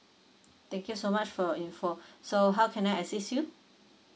thank you so much for info so how can I assist you